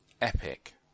epic